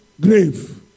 grave